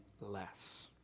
less